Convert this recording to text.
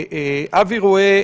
אבי רואה,